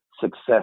success